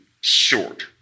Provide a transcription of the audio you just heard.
short